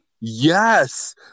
yes